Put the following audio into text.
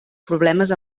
problemes